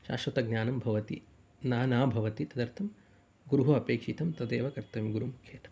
शाश्वतज्ञानं भवति न न भवति तदर्थं गुरुः अपेक्षितं तदेव कर्तं गुरुः